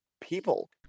people